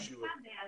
נגמר.